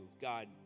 God